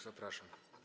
Zapraszam.